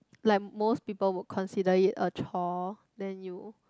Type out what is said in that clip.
like most people will consider it a chore then you